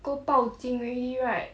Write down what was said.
go 报警 already right